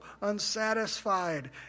unsatisfied